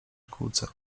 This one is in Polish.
szkółce